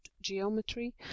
geometry